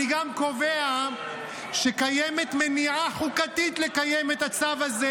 אני גם קובע שקיימת מניעה חוקתית לקיים את הצו הזה